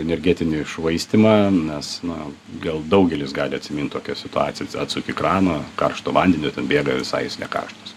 energetinį švaistymą nes na gal daugelis gali atsimint tokią situaciją atsuki kraną karšto vandenio ten bėga visai jis ne karštas